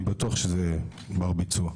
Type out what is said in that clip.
אני בטוח שזה יהיה בר ביצוע.